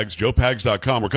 joepags.com